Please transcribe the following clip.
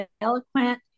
eloquent